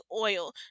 oil